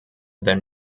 than